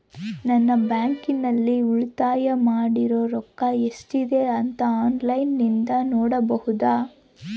ನಾನು ಬ್ಯಾಂಕಿನಲ್ಲಿ ಉಳಿತಾಯ ಮಾಡಿರೋ ರೊಕ್ಕ ಎಷ್ಟಿದೆ ಅಂತಾ ಆನ್ಲೈನಿನಲ್ಲಿ ನೋಡಬಹುದಾ?